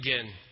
again